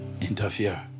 interfere